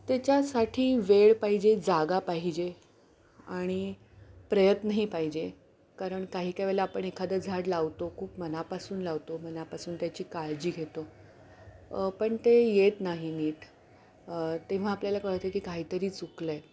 त्याच्यासाठी वेळ पाहिजे जागा पाहिजे आणि प्रयत्नही पाहिजे कारण काही काही वेळेला आपण एखादं झाड लावतो खूप मनापासून लावतो मनापासून त्याची काळजी घेतो पण ते येत नाही नीट तेव्हा आपल्याला कळतं की काहीतरी चुकलं आहे